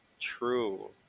True